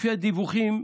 לפי הדיווחים,